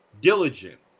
diligent